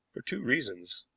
for two reasons.